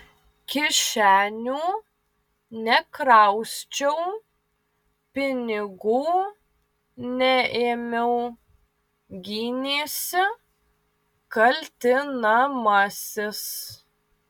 kišenių nekrausčiau pinigų neėmiau gynėsi kaltinamasis